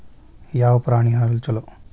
ಯಾವ ಪ್ರಾಣಿ ಹಾಲು ಛಲೋ?